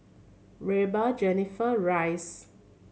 Reba Jenifer Rhys